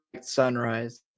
Sunrise